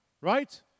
right